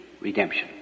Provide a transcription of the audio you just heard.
redemption